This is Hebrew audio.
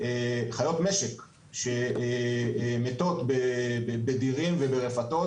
משק שמתות בדירים וברפתות,